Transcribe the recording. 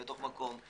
לתוך מקום.